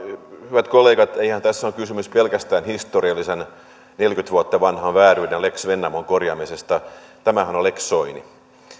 hyvät kollegat eihän tässä ole kysymys pelkästään historiallisen neljäkymmentä vuotta vanhan vääryyden lex vennamon korjaamisesta tämähän on on lex soini